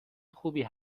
خوبی